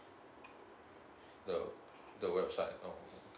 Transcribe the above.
the the website no